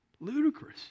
Ludicrous